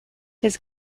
his